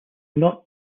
not